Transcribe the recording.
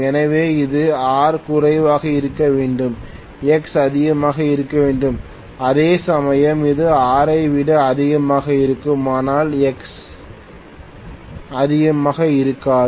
எனவே இது R குறைவாக இருக்க வேண்டும் X அதிகமாக இருக்க வேண்டும் அதேசமயம் இது R ஐ விட அதிகமாக இருக்கும் ஆனால் எக்ஸ் X அதிகமாக இருக்காது